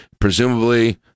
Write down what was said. presumably